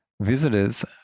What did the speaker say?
visitors